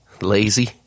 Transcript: lazy